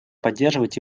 поддерживать